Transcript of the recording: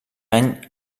any